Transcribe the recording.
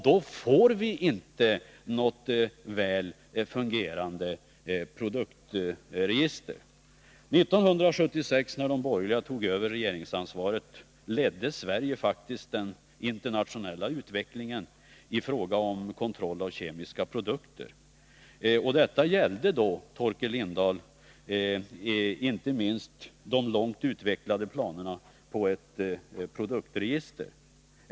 Då får vi inte något väl fungerande produktregister. År 1976, när de borgerliga tog över regeringsansvaret, ledde Sverige faktiskt den internationella utvecklingen i fråga om kontroll av kemiska produkter. Detta gällde, Torkel Lindahl, inte minst de långt utvecklade planerna på ett produktregister.